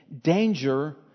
danger